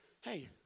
hey